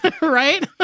right